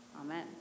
Amen